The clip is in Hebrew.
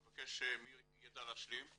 אני מבקש ממי שידע, להשלים,